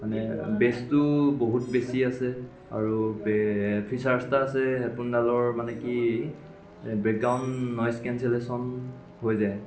মানে বেচটো বহুত বেছি আছে আৰু ফিচাৰ্ছ এটা আছে হেডফোনডালৰ মানে কি বেকগ্ৰাউণ নইজ কেনচেলেশ্যন হৈ যায়